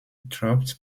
dropped